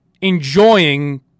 enjoying